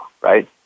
right